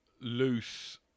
loose